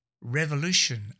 revolution